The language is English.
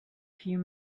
few